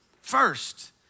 First